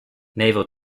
naval